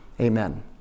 Amen